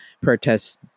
protests